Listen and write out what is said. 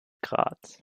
graz